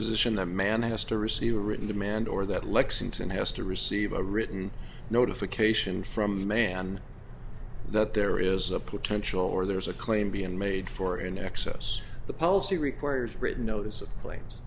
position that man has to receive a written demand or that lexington has to receive a written notification from the man that there is a potential or there is a claim being made for in excess of the policy requires written notice of cla